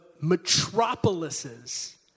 metropolises